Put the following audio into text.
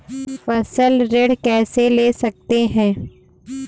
फसल ऋण कैसे ले सकते हैं?